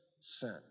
sent